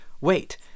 wait